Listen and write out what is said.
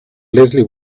leslie